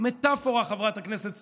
מטפורה, חברת הכנסת סטרוק,